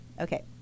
okay